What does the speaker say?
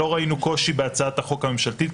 לא ראינו קושי בהצעת החוק הממשלתית,